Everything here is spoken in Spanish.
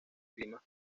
climas